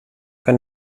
kann